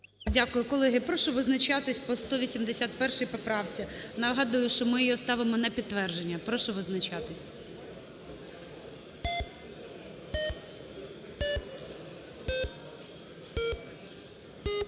Дякую. Колеги, прошу визначатись по 181 поправці. Нагадую, що ми її ставимо на підтвердження. Прошу визначатись.